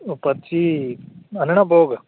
ओह् पर्ची आह्नना पौह्ग